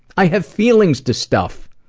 i have feelings to stuff!